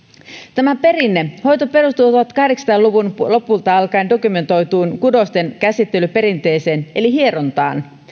tämä perinnehoito perustuu tuhatkahdeksansataa luvun lopulta alkaen dokumentoituun kudostenkäsittelyperinteeseen eli hierontaan